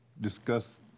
discuss